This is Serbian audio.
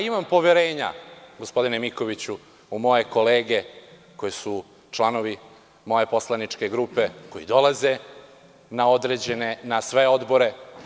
Imam poverenja, gospodine Mikoviću, u moje kolege koji su članovi moje poslaničke grupe, koji dolaze na sve odbore.